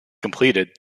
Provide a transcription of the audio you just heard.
completed